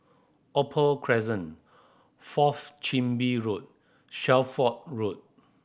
Opal Crescent Fourth Chin Bee Road Shelford Road